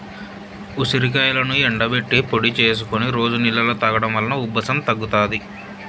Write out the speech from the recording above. ఉసిరికాయలను ఎండబెట్టి పొడి చేసుకొని రోజు నీళ్ళలో తాగడం వలన ఉబ్బసం తగ్గుతాది